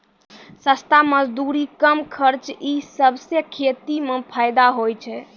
सस्ता मजदूरी, कम खर्च ई सबसें खेती म फैदा होय छै